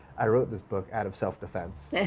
i wrote this book out of self-defense.